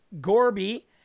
Gorby